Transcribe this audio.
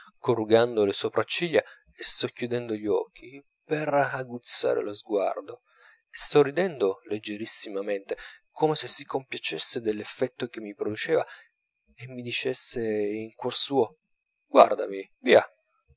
corrugando le sopracciglia e socchiudendo gli occhi per aguzzare lo sguardo e sorridendo leggerissimamente come se si compiacesse dell'effetto che mi produceva e mi dicesse in cuor suo guardami via